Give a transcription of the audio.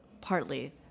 partly